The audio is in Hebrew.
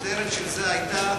הכותרת של זה היתה: